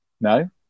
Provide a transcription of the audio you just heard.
No